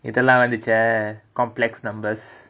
இதுக்கெல்லாம்:idhukellaam complex numbers